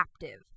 captive